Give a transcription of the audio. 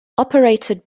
operated